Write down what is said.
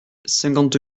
cinquante